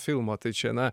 filmo tai čia na